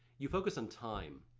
you focus on time.